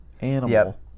animal